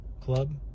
club